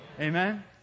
Amen